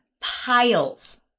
piles